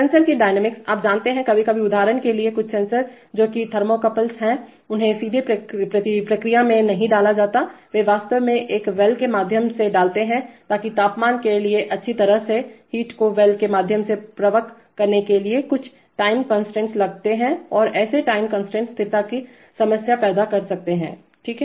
sensor की डायनामिक्सआप जानते हैंकभी कभी उदाहरण के लिए कुछ सेंसर जो कि थर्मोकॉप्ल्स हैंउन्हें सीधे प्रक्रिया में नहीं डाला जाता है वे वास्तव में एक वेलके माध्यम से डालते हैं ताकि तापमान के लिए अच्छी तरह से हीट को वेल के माध्यम से प्रवक करने के लिए कुछ टाइम कांस्टेंट लगते हैं और ऐसे टाइम कांस्टेंट स्थिरता की समस्या पैदा कर सकती है सही